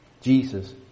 Jesus